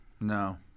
No